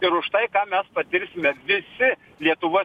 ir už tai ką mes patirsime visi lietuva